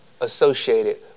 associated